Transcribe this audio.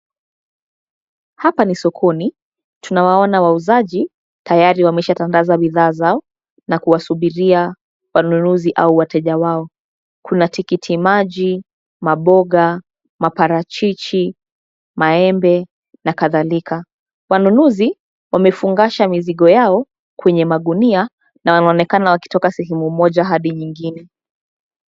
Hapa ni sokoni, tunawaona wauzaji, tayari wameshatandaza bidhaa zao, na kuwasubiria, wanunuzi au wateja wao. Kuna tikiti maji, maboga, maparachichi, maembe, na kadhalika. Wanunuzi, wamefungasha mizigo yao, kwenye magunia, na wanaonekana wakitoka sehemu moja hadi nyingine.